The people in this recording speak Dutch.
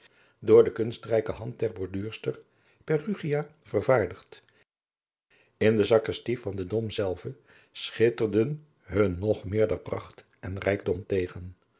door de kunstrijke hand der borduurster perrugia vervaardigd in de sacristij van den dom zelve schitterden hun nog meerder pracht en rijkdom tegen